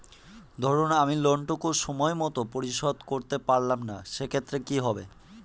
ধরুন আমি লোন টুকু সময় মত পরিশোধ করতে পারলাম না সেক্ষেত্রে কি হবে?